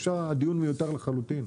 הדיון מיותר לחלוטין,